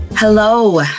Hello